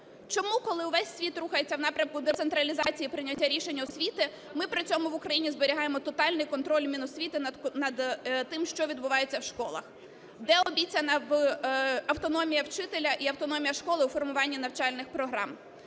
Чому, коли увесь світ рухається в напрямку децентралізації прийняття рішень освіти, ми при цьому в Україні зберігаємо тотальний контроль Міносвіти над тим, що відбувається в школах? Де обіцяна автономія вчителя і автономія школи у формуванні навчальних програм?